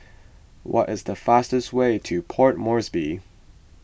what is the fastest way to Port Moresby